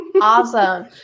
Awesome